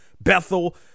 bethel